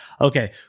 okay